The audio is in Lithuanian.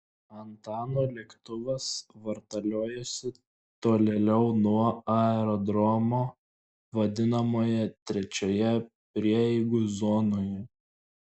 antano lėktuvas vartaliojosi tolėliau nuo aerodromo vadinamoje trečioje prieigų zonoje